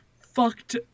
fucked